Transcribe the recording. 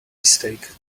mistake